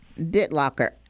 BitLocker